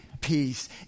peace